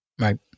Right